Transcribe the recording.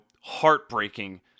heartbreaking